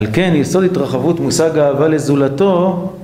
וכן, ליסוד התרחבות מושג האהבה לזולתו